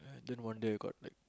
I think one day I got like